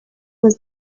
was